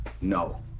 no